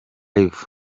live